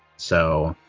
so,